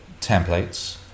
templates